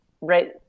Right